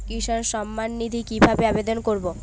কিষান সম্মাননিধি কিভাবে আবেদন করব?